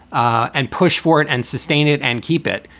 and push for it and sustain it and keep it.